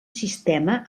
sistema